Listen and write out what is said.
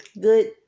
good